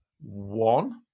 one